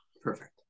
Perfect